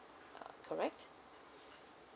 uh correct